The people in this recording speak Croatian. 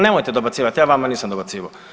Nemojte dobacivati, ja vama nisam dobacivao!